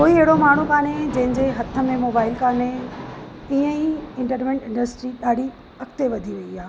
कोई हेड़ो माण्हू कान्हे जंहिंजे हथ में मोबाइल कान्हे तीअं ई एंटरटेनमेंट इंडस्ट्री ॾाढी अॻिते वधी वई आहे